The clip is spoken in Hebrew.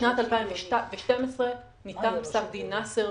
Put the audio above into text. בשנת 2012 ניתן פסק דין נאסר,